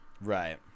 right